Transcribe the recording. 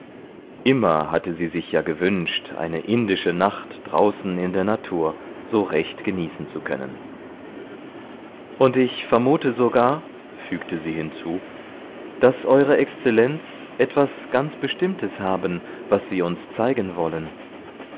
immer hatte sie sich ja gewünscht eine indische nacht draußen in der natur so recht genießen zu können und ich vermute sogar fügte sie hinzu daß eure exzellenz etwas ganz bestimmtes haben was sie uns zeigen wollen